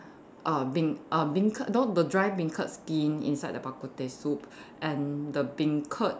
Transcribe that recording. uh bean uh beancurd you know the dry beancurd skin inside the bak-kut-teh soup and the beancurd